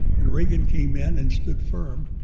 and reagan came in and stood firm,